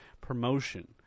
promotion